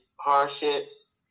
hardships